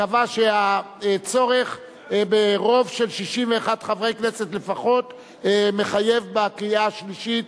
קבע שהצורך ברוב של 61 חברי כנסת לפחות מחייב בקריאה השלישית